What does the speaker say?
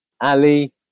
Ali